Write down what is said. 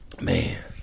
man